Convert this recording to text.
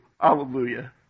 hallelujah